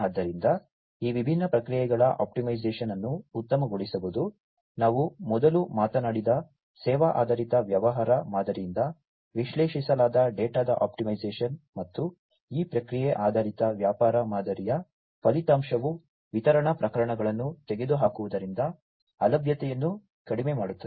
ಆದ್ದರಿಂದ ಈ ವಿಭಿನ್ನ ಪ್ರಕ್ರಿಯೆಗಳ ಆಪ್ಟಿಮೈಸೇಶನ್ ಅನ್ನು ಉತ್ತಮಗೊಳಿಸುವುದು ನಾವು ಮೊದಲು ಮಾತನಾಡಿದ ಸೇವಾ ಆಧಾರಿತ ವ್ಯವಹಾರ ಮಾದರಿಯಿಂದ ವಿಶ್ಲೇಷಿಸಲಾದ ಡೇಟಾದ ಆಪ್ಟಿಮೈಸೇಶನ್ ಮತ್ತು ಈ ಪ್ರಕ್ರಿಯೆ ಆಧಾರಿತ ವ್ಯಾಪಾರ ಮಾದರಿಯ ಫಲಿತಾಂಶವು ವಿತರಣಾ ಪ್ರಕಾರಗಳನ್ನು ತೆಗೆದುಹಾಕುವುದರಿಂದ ಅಲಭ್ಯತೆಯನ್ನು ಕಡಿಮೆ ಮಾಡುತ್ತದೆ